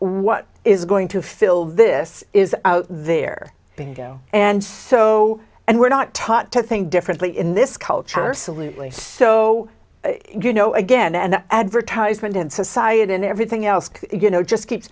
what is going to fill this is out there and go and so and we're not taught to think differently in this culture salute so you know again and advertisement in society and everything else you know just